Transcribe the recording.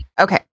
okay